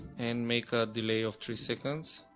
and make a delay of three seconds.